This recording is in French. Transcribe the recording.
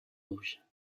auge